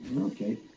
Okay